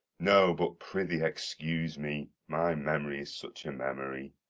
no, but prithee excuse me my memory is such a memory.